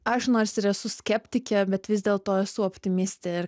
aš nors ir esu skeptikė bet vis dėlto esu optimistė ir